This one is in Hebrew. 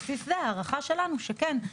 בסופו של תהליך יש אחוז גבוה של אנשים שכוונתם